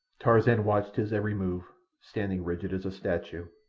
tarzan watched his every move, standing rigid as a statue.